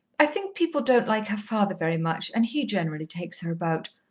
i think people don't like her father very much, and he generally takes her about.